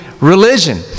religion